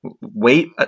wait